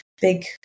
big